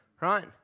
right